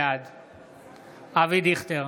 בעד אבי דיכטר,